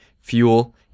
fuel